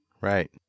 Right